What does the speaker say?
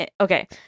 Okay